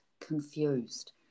confused